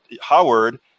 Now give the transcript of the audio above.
Howard